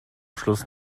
schluss